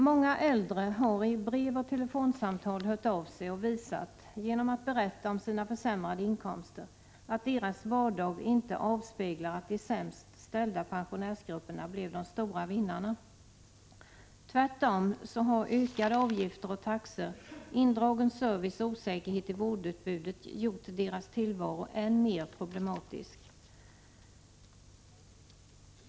Många äldre har i brev och telefonsamtal hört av sig och visat, genom att berätta om sina försämrade inkomster, att deras vardag inte avspeglar att de sämst ställda pensionärsgrupperna blev de stora vinnarna. Tvärtom har ökade avgifter och taxor, indragen service och osäkerhet i vårdutbudet gjort deras tillvaro än mer problematisk.